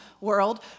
world